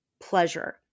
pleasure